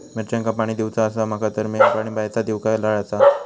मिरचांका पाणी दिवचा आसा माका तर मी पाणी बायचा दिव काय तळ्याचा?